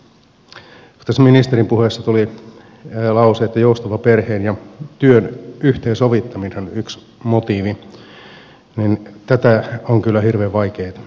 kun tässä ministerin puheessa tuli lause että joustava perheen ja työn yhteensovittaminen on yksi motiivi niin tätä on kyllä hirveän vaikeaa tässä nähdä